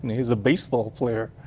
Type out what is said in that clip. he's a baseball player.